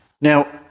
Now